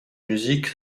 musique